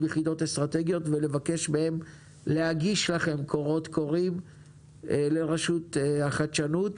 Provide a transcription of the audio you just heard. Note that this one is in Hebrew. יחידות אסטרטגיות ולבקש מהם להגיש לרשות החדשנות קולות קוראים.